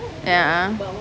ya